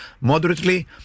moderately